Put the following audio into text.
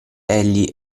egli